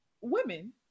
Women